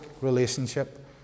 relationship